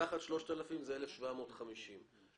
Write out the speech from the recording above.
מתחת ל-3,000 איש זה 1,750 שקלים.